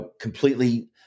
completely